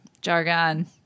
Jargon